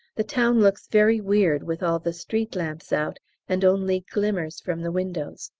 the town looks very weird with all the street lamps out and only glimmers from the windows.